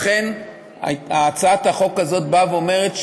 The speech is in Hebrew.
לכן הצעת החוק הזאת באה ואומרת,